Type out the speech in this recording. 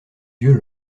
yeux